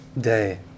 day